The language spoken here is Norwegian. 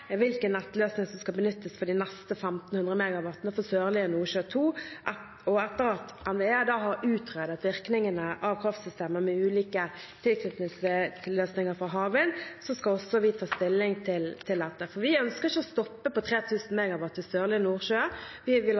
hvilken nettløsning som skal benyttes for de neste 1 500 MW på Sørlige Nordsjø II. Etter at NVE har utredet virkningene for kraftsystemet med ulike tilknytningsløsninger for havvind, skal vi ta stilling til dette. Vi ønsker ikke å stoppe på 3 000 MW på Sørlige Nordsjø II; vi vil